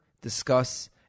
discuss